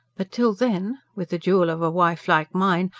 but till then? with a jewel of a wife like mine,